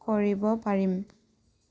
কৰিব পাৰিম